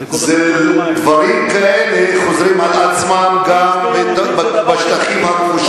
דברים כאלה חוזרים על עצמם גם בשטחים הכבושים,